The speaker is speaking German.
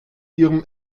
ihrem